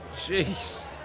Jeez